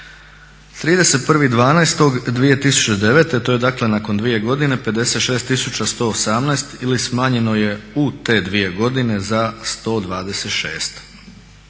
31.12.2009. to je dakle nakon dvije godine 56 118 ili smanjeno je u te dvije godine za 126.